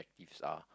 ~ives are